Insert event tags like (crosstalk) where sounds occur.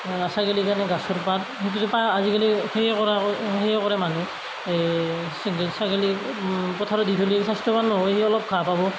এইয়া ছাগলীৰ কাৰণে গছৰ পাত (unintelligible) আজিকালি (unintelligible) সেয়ে কৰা কৰে সেয়ে কৰে মানুহ ছাগি ছাগলী পথাৰত দি থ'লে স্ৱাস্থ্যৱান নহয় সেয়ে অলপ ঘাঁহ খাব